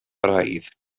braidd